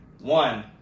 One